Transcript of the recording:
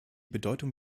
bedeutung